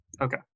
Okay